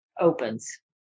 opens